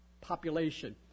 population